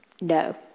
No